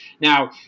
Now